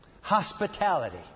hospitality